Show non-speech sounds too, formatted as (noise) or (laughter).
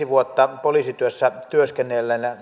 (unintelligible) vuotta poliisityössä työskennelleenä